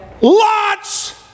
Lot's